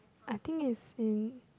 I think it's in